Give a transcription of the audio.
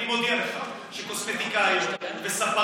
אני מודיע לך שקוסמטיקאיות וספרים,